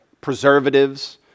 preservatives